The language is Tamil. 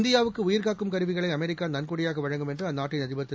இந்தியாவுக்கு உயிர்க்காக்கும் கருவிகளை அமெரிக்கா நன்கொடையாக வழங்கும் என்று அந்நாட்டின் அதிபர் திரு